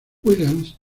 williams